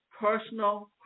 personal